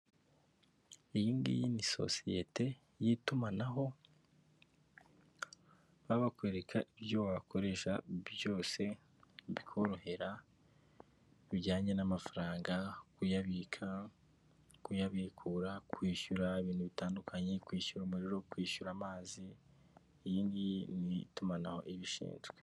Iyingiyi ni sosiyete y’itumanaho, babakwereka ibyo wakoresha byose bikorohera bijyanye n’amafaranga: kuyabika, kuyabikura, kwishyura ibintu bitandukanye, kwishyura umuriro, no kwishyura amazi. Iyingiyi itumanaho ribishinzwe.